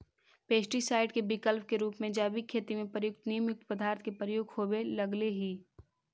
pesticide के विकल्प के रूप में जैविक खेती में प्रयुक्त नीमयुक्त पदार्थ के प्रयोग होवे लगले हि